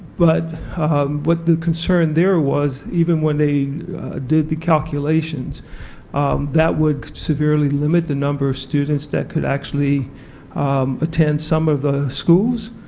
but what the concern there was even when they did the calculations that would severely limit the number of students that could actually attend some of the schools,